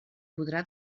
podrà